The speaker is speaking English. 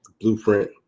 Blueprint